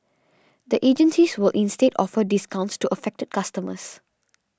the agencies will instead offer discounts to affected customers